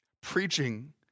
preaching